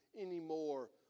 anymore